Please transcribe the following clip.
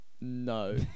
No